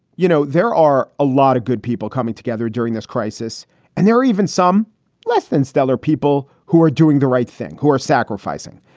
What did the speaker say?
you know, there are a lot of good people coming together during this crisis and there are even some less than stellar people who are doing the right thing, who are sacrificing.